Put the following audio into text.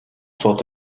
сот